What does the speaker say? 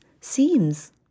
seems